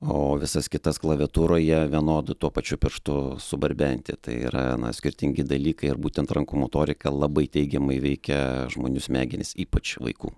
o visas kitas klaviatūroje vienodu tuo pačiu pirštu subarbenti tai yra na skirtingi dalykai ir būtent rankų motorika labai teigiamai veikia žmonių smegenis ypač vaikų